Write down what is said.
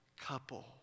couple